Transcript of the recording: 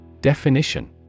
Definition